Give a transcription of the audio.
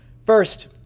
First